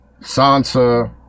Sansa